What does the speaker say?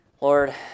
Lord